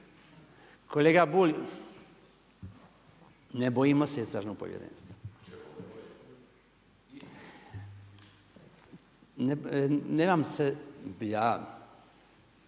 Kolega Bulj, ne bojimo se istražnog povjerenstva. Nemam se